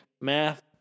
Math